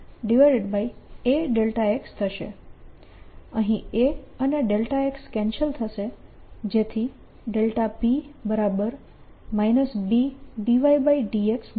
અહીં A અને x cancel થશે જેથી p B∂y∂x મળે છે